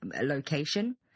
location